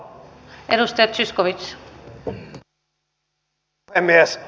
arvoisa rouva puhemies